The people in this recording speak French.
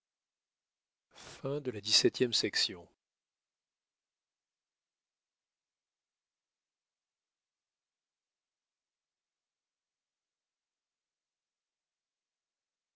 de la situation